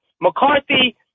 McCarthy